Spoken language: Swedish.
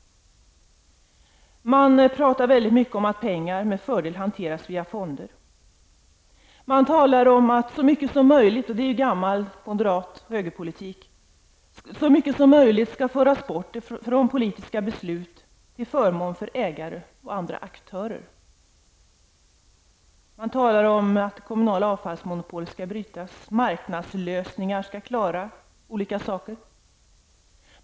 Man talar väldigt mycket om att pengar med fördel hanteras via fonder. Man talar om att så mycket som möjligt, och det är ju gammal moderat politik/högerpolitik, skall föras bort från politiska beslut, till förmån för ägare och andra aktörer. Man talar om att kommunala avfallsmonopol skall brytas och om att marknadslösningar skall klara olika saker.